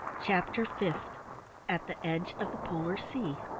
chapter v at the edge of the polar sea